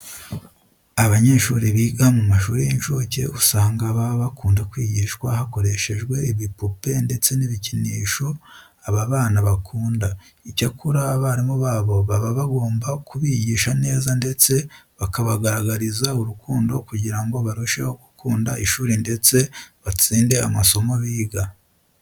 Abanyeshuri biga mu mashuri y'incuke usanga baba bakunda kwigishwa hakoreshejwe ibipupe ndetse n'ibikinisho aba bana bakunda. Icyakora abarimu babo baba bagomba kubigisha neza ndetse bakabagaragariza urukundo kugira ngo barusheho gukunda ishuri ndetse batsinde amasomo biga.